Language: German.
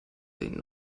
den